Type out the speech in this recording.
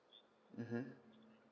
mmhmm